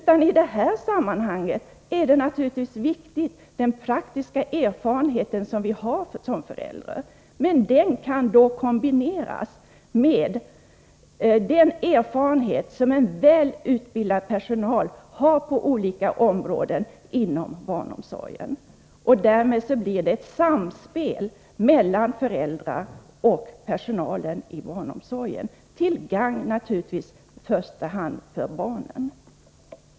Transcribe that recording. Den praktiska erfarenhet vi har är naturligtvis viktig, men den kan kombineras med de kunskaper och erfarenheter som en väl utbildad personal har på olika områden inom barnomsorgen. Därmed blir det ett samspel mellan föräldrarna och personalen i barnomsorgen, till gagn för i första hand barnen.